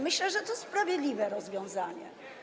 Myślę, że to sprawiedliwe rozwiązanie.